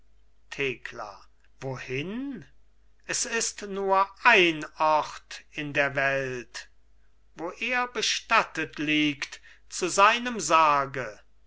thekla wohin es ist nur ein ort in der welt wo er bestattet liegt zu seinem sarge